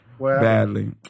badly